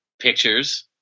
pictures